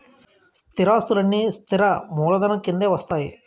స్థిరాస్తులన్నీ స్థిర మూలధనం కిందే వస్తాయి